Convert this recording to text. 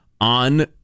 on